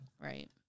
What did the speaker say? Right